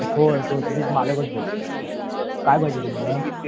होय तोच मीच मालकच बोलतो आहे काय पाहिजे तुम्हाला